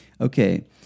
Okay